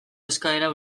eskaera